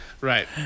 Right